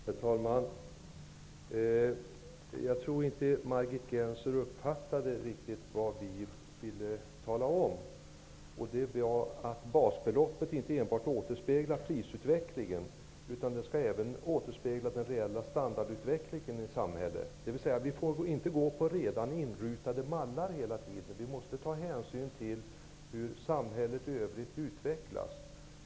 Herr talman! Jag tror inte att Margit Gennser riktigt uppfattade vad vi ville tala om, nämligen att basbeloppet inte enbart återspeglar prisutvecklingen utan också den reella standardutvecklingen i samhället. Vi får alltså inte hela tiden gå efter redan inrutade mallar, utan vi måste ta hänsyn till hur samhället i övrigt utvecklas.